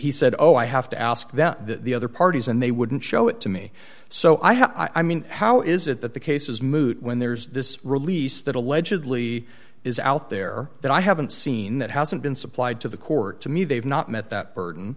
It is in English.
he said oh i have to ask that the other parties and they wouldn't show it to me so i have i mean how is it that the case is moot when there's this release that allegedly is out there that i haven't seen that hasn't been supplied to the court to me they've not met that burden